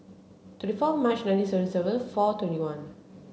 twenty four March nineteen seventy seven four twenty one